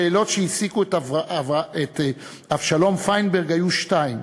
השאלות שהעסיקו את אבשלום פיינברג היו שתיים: